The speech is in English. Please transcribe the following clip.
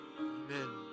Amen